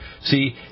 See